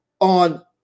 on